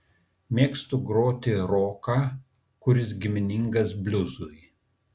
mėgstu groti roką kuris giminingas bliuzui